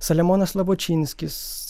saliamonas slavočinskis